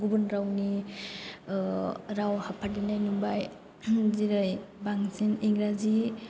गुबुन रावनि राव हाबफा देरनाय नुबाय दिनै बांसिन इंराजि